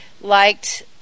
liked